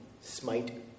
smite